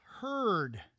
heard